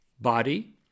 body